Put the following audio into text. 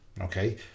okay